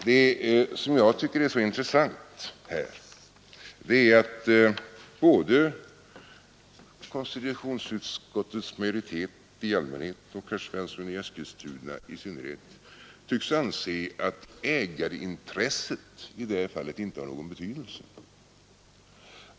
Det som jag tycker är så intressant här är att både konstitutionsutskottets majoritet i allmänhet och herr Svensson i Eskilstuna i synnerhet tycks anse att ägarintresset i det här fallet inte har någon betydelse.